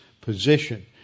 position